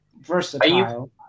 versatile